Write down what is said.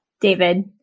David